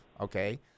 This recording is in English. okay